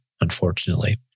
unfortunately